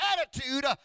attitude